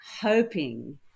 hoping